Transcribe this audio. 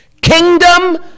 Kingdom